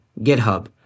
GitHub